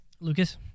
Lucas